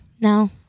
No